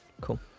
Cool